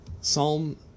Psalm